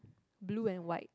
blue and white